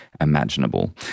imaginable